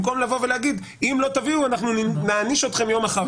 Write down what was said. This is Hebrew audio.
במקום להגיד: אם לא תביאו אנחנו נעניש אתכם יום אחר כך.